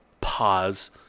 pause